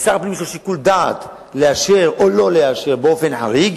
לשר יש שיקול דעת אם לאשר או לא לאשר באופן חריג,